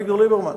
אביגדור ליברמן,